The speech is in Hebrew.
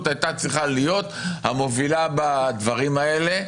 הייתה צריכה להיות המובילה בדברים האלה.